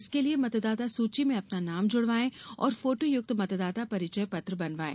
इसके लिए मतदाता सूची में अपना नाम जुड़वाये और फोटोयुक्त मतदाता परिचय पत्र बनवाये